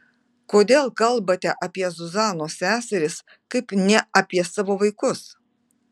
kodėl kalbate apie zuzanos seseris kaip ne apie savo vaikus